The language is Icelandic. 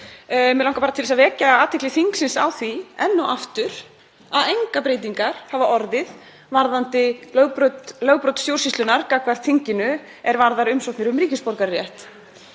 Mig langar bara til að vekja athygli þingsins á því enn og aftur að engar breytingar hafa orðið varðandi lögbrot stjórnsýslunnar gagnvart þinginu er varðar umsóknir um ríkisborgararétt.